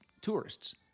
tourists